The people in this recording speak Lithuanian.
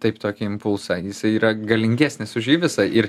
taip tokį impulsą jisai yra galingesnis už jį visą ir